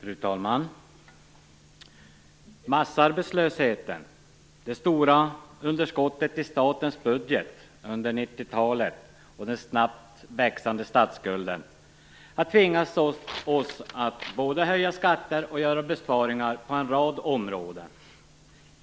Fru talman! Massarbetslösheten, de stora underskotten i statens budget under 90-talet och den snabbt växande statsskulden har tvingat oss att både höja skatter och göra besparingar på en rad områden.